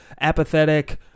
apathetic